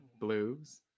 blues